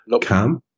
Cam